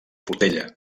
portella